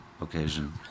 occasion